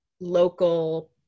local